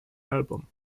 album